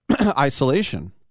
isolation